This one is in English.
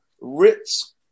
Ritz